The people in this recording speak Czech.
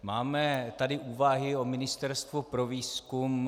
Máme tady úvahy o ministerstvu pro výzkum.